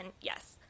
yes